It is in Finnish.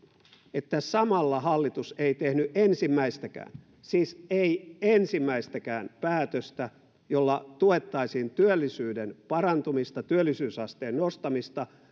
että samalla hallitus ei tehnyt ensimmäistäkään siis ei ensimmäistäkään päätöstä jolla tuettaisiin työllisyyden parantumista työllisyysasteen nostamista